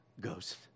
ghost